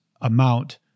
amount